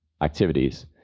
activities